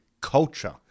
culture